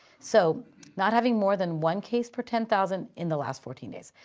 so not having more than one case per ten thousand in the last fourteen days.